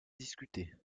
discuté